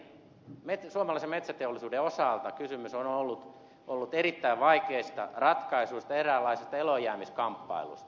skinnari suomalaisen metsäteollisuuden osalta kysymys on ollut erittäin vaikeista ratkaisuista eräänlaisesta eloonjäämiskamppailusta